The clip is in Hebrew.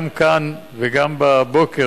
גם כאן וגם בבוקר,